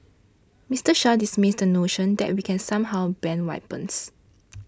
Mister Shah dismissed the notion that we can somehow ban weapons